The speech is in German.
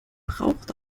braucht